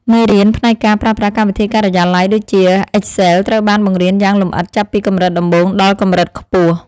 មេរៀនផ្នែកការប្រើប្រាស់កម្មវិធីការិយាល័យដូចជាអ៊ិចសែលត្រូវបានបង្រៀនយ៉ាងលម្អិតចាប់ពីកម្រិតដំបូងដល់កម្រិតខ្ពស់។